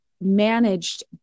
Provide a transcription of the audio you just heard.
managed